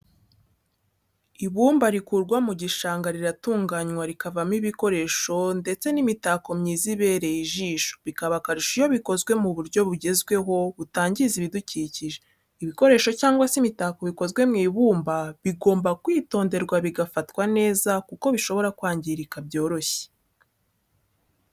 Ibumba rikurwa mu gishanga riratunganywa rikavamo ibikoresho ndetse n'imitako myiza ibereye ijisho bikaba akarusho iyo byakozwe mu buryo bugezweho butangiza ibidukikije. ibikoresho cyangwa se imitako bikozwe mu ibumba bigomba kwitonderwa bigafatwa neza kuko bishobora kwangirika byoroshye.